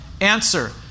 Answer